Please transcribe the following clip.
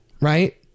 right